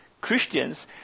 Christians